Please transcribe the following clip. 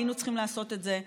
היינו צריכים לעשות את זה מזמן.